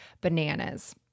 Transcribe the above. bananas